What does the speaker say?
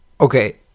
Okay